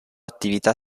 attività